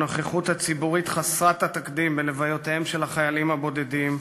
הנוכחות הציבורית חסרת התקדים בלוויותיהם של החיילים הבודדים,